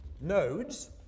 nodes